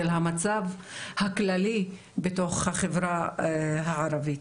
של המצב הכללי בתוך החברה הערבית.